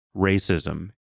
racism